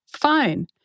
fine